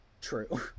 true